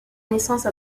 naissance